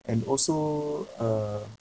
and also uh